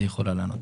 היא יכולה לענות.